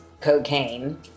cocaine